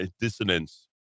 dissonance